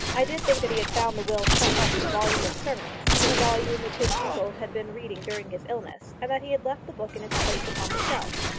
i did think that he had found the will shut up in a volume of sermons, in a volume which his uncle had been reading during his illness, and that he had left the book in its place upon the shelf.